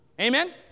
Amen